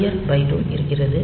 clear பைட் டும் இருக்கிறது